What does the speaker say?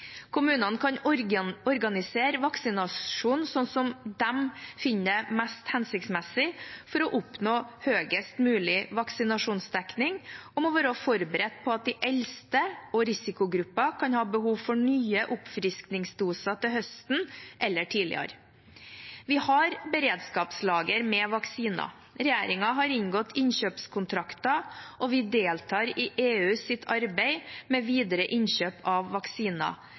Kommunene kan organisere vaksinasjonene slik de finner det mest hensiktsmessig, for å oppnå høyest mulig vaksinasjonsdekning, og de må være forberedt på at de eldste og risikogrupper kan ha behov for nye oppfriskningsdoser til høsten, eller tidligere. Vi har beredskapslager med vaksiner, regjeringen har inngått innkjøpskontrakter, og vi deltar i EUs arbeid med videre innkjøp av vaksiner.